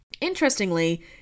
Interestingly